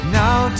now